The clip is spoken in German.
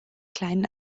kleinen